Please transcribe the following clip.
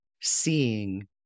seeing